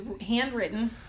handwritten